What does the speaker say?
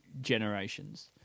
generations